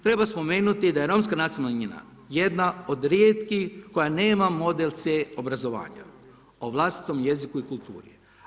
Treba spomenuti da je romska nacionalna manjina jedna od rijetkih koja nema model C obrazovanja o vlastitom jeziku i kulturi.